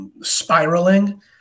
spiraling